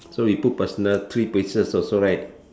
so we put personal three pieces also right